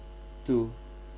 to